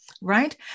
Right